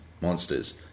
monsters